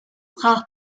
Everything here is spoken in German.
brach